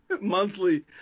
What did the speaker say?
monthly